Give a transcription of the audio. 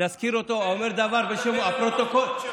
"האומר דבר בשם אומרו" אבל הוא לא נמצא.